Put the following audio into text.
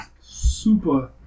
super